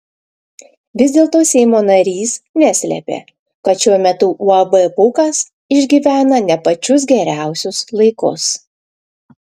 vis dėlto seimo narys neslėpė kad šiuo metu uab pūkas išgyvena ne pačius geriausius laikus